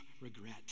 regret